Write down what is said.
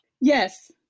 Yes